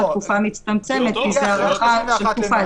כי זו הארכה של תקופה.